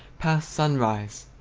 past sunrise!